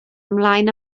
ymlaen